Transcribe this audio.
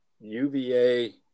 UVA